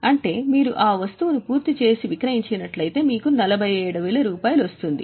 అంటే మీరు ఆ వస్తువును పూర్తి చేసి విక్రయించినట్లయితే మీకు 47000 వస్తుంది